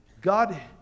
God